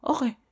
Okay